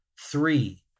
Three